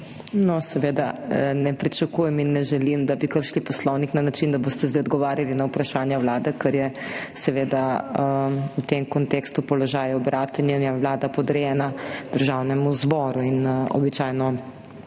No, seveda ne pričakujem in ne želim, da bi kršili Poslovnik na način, da boste zdaj odgovarjali na vprašanja Vlade, ker je seveda v tem kontekstu položaj obratenja Vlada podrejena Državnemu zboru in običajno